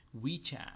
WeChat